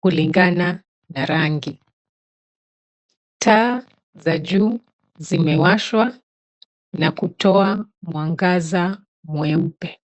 kulingana na rangi. Taa za juu zimewashwa na kutoa mwangaza mweupe.